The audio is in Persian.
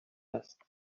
است